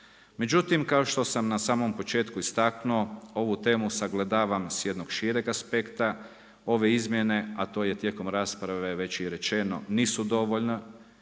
Međutim kao što sam na samom početku istaknuo, ovu temu sagledavam sa jednog šireg aspekta, ove izmjene, a to je tijekom rasprave već i rečeno nisu dovoljna.